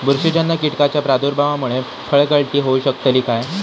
बुरशीजन्य कीटकाच्या प्रादुर्भावामूळे फळगळती होऊ शकतली काय?